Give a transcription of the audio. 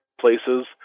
places